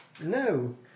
No